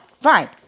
fine